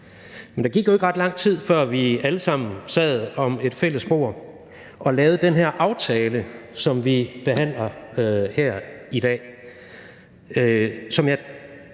Men der gik jo ikke ret lang tid, før vi alle sammen sad om et fælles bord og lavede den her aftale, som vi behandler her i dag, og jeg